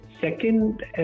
Second